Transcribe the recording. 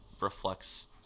reflects